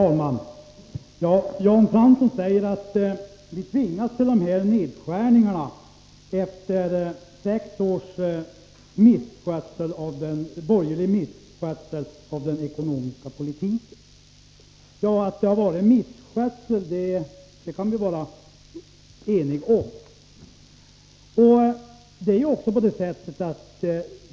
Fru talman! Jan Fransson sade att man tvingas till dessa nedskärningar på grund av sex års borgerlig misskötsel av ekonomin. Att det har varit fråga om misskötsel kan vi vara eniga om.